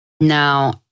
Now